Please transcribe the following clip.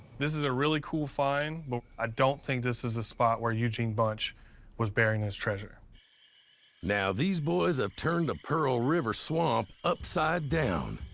this is a really cool find, but i don't think this is the spot where eugene bunch was burying his treasure. narrator now, these boys have turned the pearl river swamp upside down,